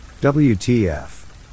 WTF